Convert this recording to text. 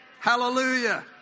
Hallelujah